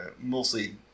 mostly